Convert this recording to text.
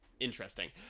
interesting